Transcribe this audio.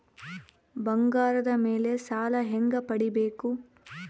ಬಂಗಾರದ ಮೇಲೆ ಸಾಲ ಹೆಂಗ ಪಡಿಬೇಕು?